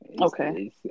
okay